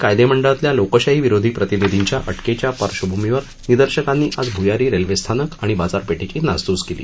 हाँगकाँगमध्ये कायदेमंडळातल्या लोकशाही विरोधी प्रतिनिधींच्या अटकेच्या पार्श्वभूमीवर निदर्शकांनी आज भ्यारी रेल्वेस्थानक आणि बाजारपेठेची नासधूस केली